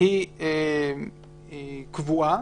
היא קבועה.